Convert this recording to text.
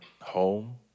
home